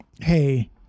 hey